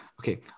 Okay